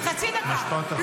משפט אחרון.